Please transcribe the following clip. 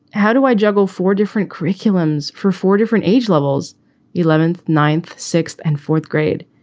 how do i juggle four different curriculums for four different age levels eleventh, ninth, sixth and fourth grade?